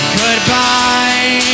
goodbye